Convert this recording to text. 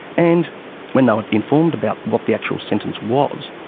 and when they were informed about what the actual sentence was,